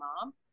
mom